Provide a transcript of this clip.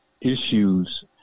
issues